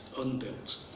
unbuilt